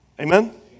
Amen